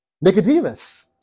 Nicodemus